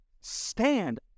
stand